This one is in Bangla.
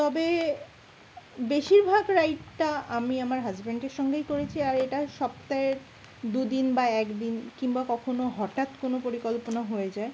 তবে বেশিরভাগ রাইডটা আমি আমার হাজব্যান্ডের সঙ্গেই করেছি আর এটা সপ্তাহের দু দিন বা এক দিন কিংবা কখনও হঠাৎ কোনো পরিকল্পনা হয়ে যায়